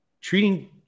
treating